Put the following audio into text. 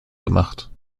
gemacht